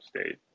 State